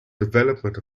development